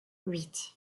huit